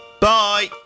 Bye